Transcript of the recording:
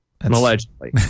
Allegedly